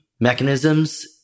mechanisms